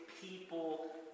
people